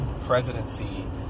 presidency